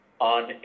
on